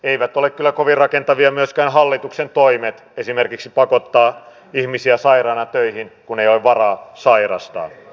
eivät ole kyllä kovin rakentavia myöskään hallituksen toimet esimerkiksi pakottaa ihmisiä sairaina töihin kun ei ole varaa sairastaa